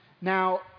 Now